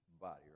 body